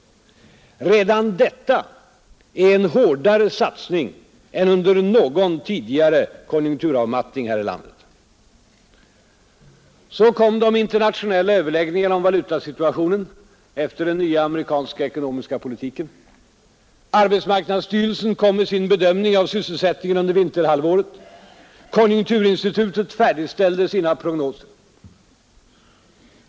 Redan detta är en hårdare satsning än under någon tidigare konjunkturavmattning här i landet. Så kom de internationella överläggningarna om valutasituationen efter den amerikanska nya ekonomiska politiken. Arbetsmarknadsstyrelsen kom med sin bedömning av sysselsättningen under vinterhalväret. Konjunkturinstitutet färdigställde sina prognoser.